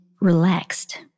relaxed